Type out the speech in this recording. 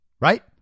right